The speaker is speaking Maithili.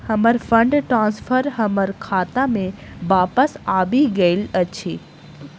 हमर फंड ट्रांसफर हमर खाता मे बापस आबि गइल अछि